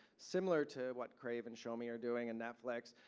similar to what crave and shomi are doing, and netflix.